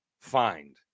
find